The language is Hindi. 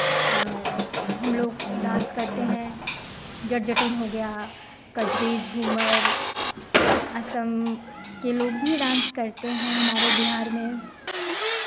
हमलोग डांस करते हैं जट जटिन हो गया कजरी झूमर असम के लोग भी डांस करते हैं हमारे बिहार में